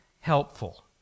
helpful